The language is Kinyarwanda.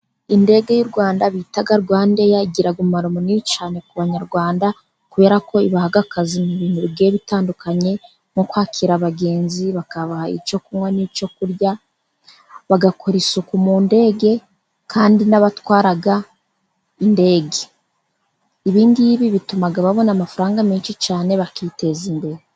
Indege y'u Rwanda bita rwandair igira umumaro munini cyane ku banyarwanda, kubera ko ibaha akazi mu bintu bitandukanye, mu kwakira abagenzi bakabaha icyo kunywa n'icyo kurya, bagakora isuku mu ndege kandi n'abatwara indege ibingibi bituma babona amafaranga menshi cyane bakiteza imbere.